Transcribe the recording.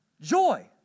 joy